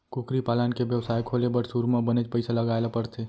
कुकरी पालन के बेवसाय खोले बर सुरू म बनेच पइसा लगाए ल परथे